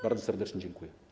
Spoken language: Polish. Bardzo serdecznie dziękuję.